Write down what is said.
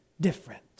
different